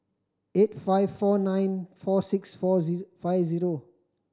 eight five four nine four six four five zero